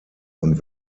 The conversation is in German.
und